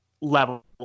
level